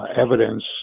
evidence